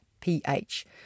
pH